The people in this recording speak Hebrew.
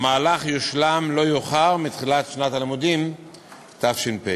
המהלך יושלם לא יאוחר מתחילת שנת הלימודים תש"פ.